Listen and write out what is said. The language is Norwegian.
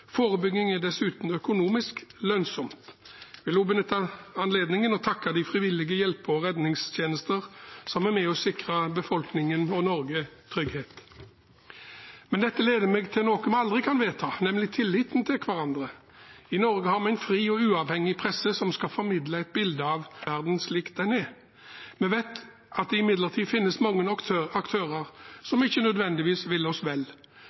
Forebygging er dessuten økonomisk lønnsomt. Jeg vil også benytte anledningen til å takke de frivillige hjelpe- og redningstjenester som er med og sikrer befolkningen og Norge trygghet. Men dette leder meg til noe vi aldri kan vedta, nemlig tilliten til hverandre. I Norge har vi en fri og uavhengig presse som skal formidle et bilde av verden slik den er. Vi vet at det imidlertid finnes mange aktører som ikke nødvendigvis vil oss vel,